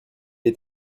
est